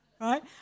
Right